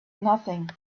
nothing